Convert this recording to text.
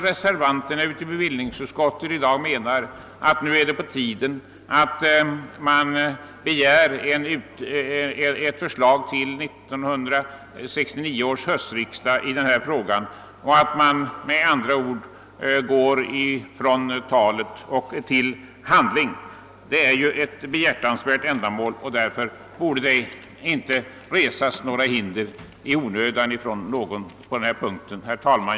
Reservanterna i bevillingsutskottet i dag menar därför, att det nu är på tiden att begära ett förslag till 1969 års höstriksdag i denna fråga, att med andra ord begära att man går från tal till handling. Ändamålet är ju behjärtansvärt, och det borde inte resas några hinder i onödan. Herr talman!